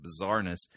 bizarreness